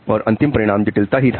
और अंतिम परिणाम जटिलता ही है